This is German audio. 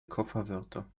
kofferwörter